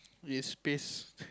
is pissed